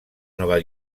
nova